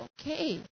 okay